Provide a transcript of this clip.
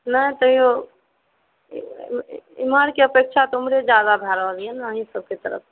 नहि तैयो इमहर कऽ अपेक्षा तऽ ओमहरे जादा भए रहल यऽ ने अहींँ सबकेँ तरफ